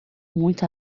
muito